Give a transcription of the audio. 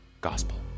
gospel